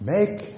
Make